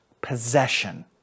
possession